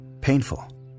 painful